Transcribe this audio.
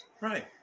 Right